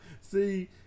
See